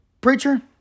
preacher